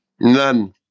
None